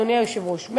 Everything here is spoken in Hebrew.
אדוני היושב-ראש,